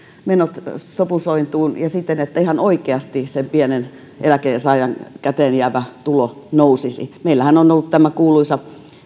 menot sopusointuun ja siten että ihan oikeasti sen pienen eläkkeensaajan käteen jäävä tulo nousisi meillähän on ollut tämä kuuluisa